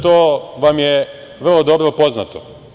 To vam je vrlo dobro poznato.